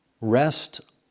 rest